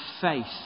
faith